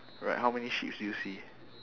alright how many sheeps do you see